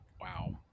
wow